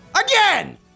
Again